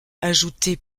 ajoutées